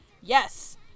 Yes